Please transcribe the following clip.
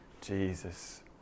Jesus